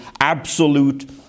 absolute